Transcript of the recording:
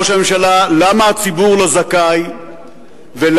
ראש הממשלה: למה הציבור לא זכאי ולמה